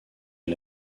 est